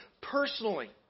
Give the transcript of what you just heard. personally